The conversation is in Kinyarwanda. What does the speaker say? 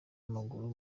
w’amaguru